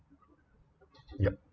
yup